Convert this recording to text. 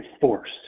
force